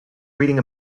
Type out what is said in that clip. reading